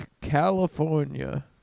California